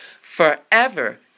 forever